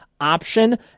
option